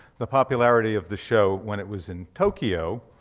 the popularity of the show when it was in tokyo,